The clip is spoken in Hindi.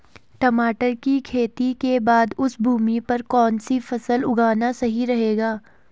टमाटर की खेती के बाद उस भूमि पर कौन सी फसल उगाना सही रहेगा?